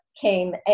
came